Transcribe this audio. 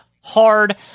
hard